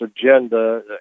agenda